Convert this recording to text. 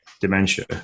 dementia